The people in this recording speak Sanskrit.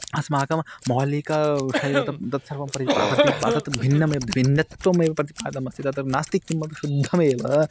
अस्माकं मोहल्लिका विषये तत् तत्सर्वं परिपा प्रतिपादं भिन्नमे भिन्नत्वमेव प्रतिपादमस्ति तत्र नास्ति किमपि शुद्धमेव